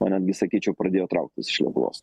o netgi sakyčiau pradėjo trauktis iš lietuvos